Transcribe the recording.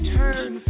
turn